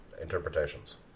interpretations